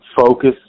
focus